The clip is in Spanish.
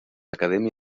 academia